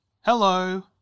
Hello